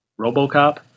RoboCop